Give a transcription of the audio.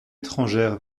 étrangère